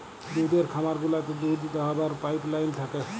দুহুদের খামার গুলাতে দুহুদ দহাবার পাইপলাইল থ্যাকে